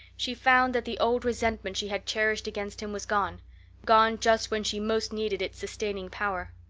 she found that the old resentment she had cherished against him was gone gone just when she most needed its sustaining power.